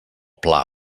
pla